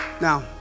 Now